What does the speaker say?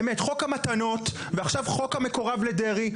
את חוק המתנות ועכשיו חוק המקורב לדרעי.